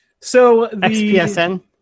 XPSN